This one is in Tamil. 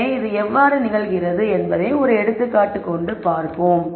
எனவே இது எவ்வாறு நிகழ்கிறது என்பதை ஒரு எடுத்துக்காட்டு கொண்டு பார்ப்போம்